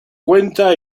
cuenta